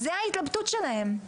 זאת ההתלבטות שלהם.